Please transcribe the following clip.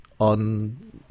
on